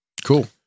cool